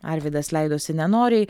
arvydas leidosi nenoriai